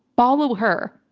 follow her.